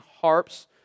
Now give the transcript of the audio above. harps